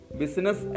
business